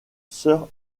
sœurs